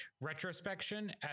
retrospection